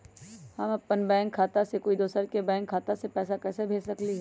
हम अपन बैंक खाता से कोई दोसर के बैंक खाता में पैसा कैसे भेज सकली ह?